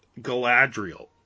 Galadriel